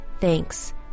Thanks